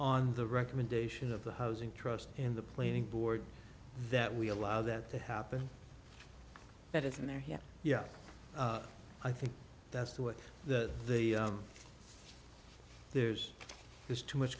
on the recommendation of the housing trust in the planning board that we allow that to happen that isn't there yet yeah i think that's what the there's there's too much